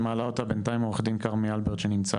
חשיבות מאוד גבוהה לתת שירות מיטבי לאוכלוסיית העולים.